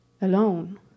Alone